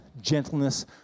gentleness